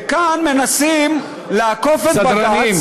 וכאן מנסים לעקוף את בג"ץ, סדרנים.